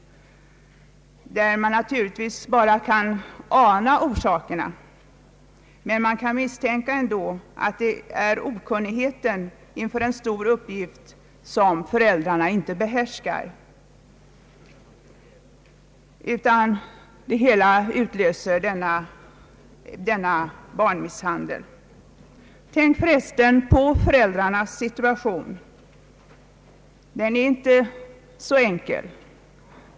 I sådana fall kan man naturligtvis bara ana orsakerna, men man kan misstänka att det ofta är okunnighet inför en stor uppgift som utlöser barnmisshandel. Tänk förresten på föräldrarnas situation. Den är inte så enkel.